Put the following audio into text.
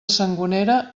sangonera